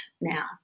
now